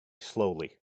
slowly